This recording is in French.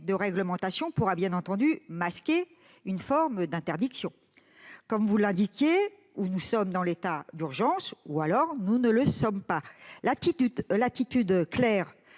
de réglementation pourra parfaitement masquer une forme d'interdiction. Comme vous l'indiquiez, ou nous sommes dans un état d'urgence, ou nous ne le sommes pas. L'attitude claire,